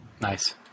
Nice